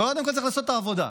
קודם כול צריך לעשות את העבודה.